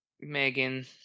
Megan